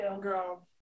girl